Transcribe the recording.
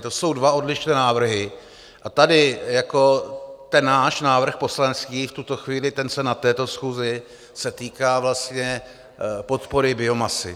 To jsou dva odlišné návrhy, a tady jako ten náš návrh poslanecký v tuto chvíli, ten se na této schůzi týká podpory biomasy.